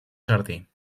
jardí